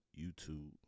YouTube